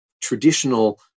traditional